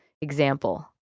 example